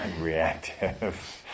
reactive